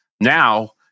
Now